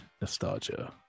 nostalgia